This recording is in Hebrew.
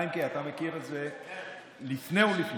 חיימק'ה, אתה מכיר את זה לפני ולפנים.